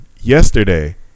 yesterday